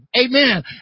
Amen